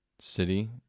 city